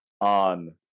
on